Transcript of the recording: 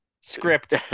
Script